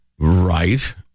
Right